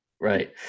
Right